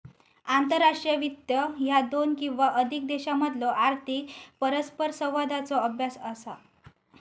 आंतरराष्ट्रीय वित्त ह्या दोन किंवा अधिक देशांमधलो आर्थिक परस्परसंवादाचो अभ्यास असा